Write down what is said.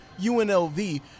UNLV